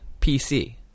pc